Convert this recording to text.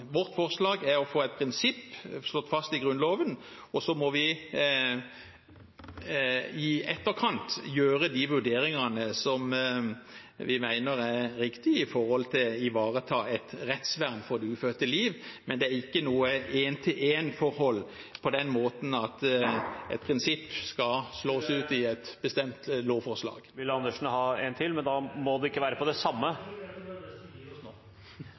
Vårt forslag er å få et prinsipp slått fast i Grunnloven, og så må vi i etterkant gjøre de vurderingene vi mener er riktige for å ivareta et rettsvern for det ufødte liv. Men det er ikke noe én-til-én-forhold på den måten at et prinsipp skal gi et bestemt lovforslag. Ville representanten Andersen ha en replikk til? Jeg tror det er best at vi gir oss nå.